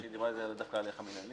היא דיברה דווקא על ההליך המינהלי.